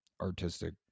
artistic